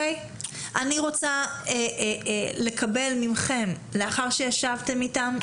אני רוצה לקבל מכם לאחר שישבתם איתם,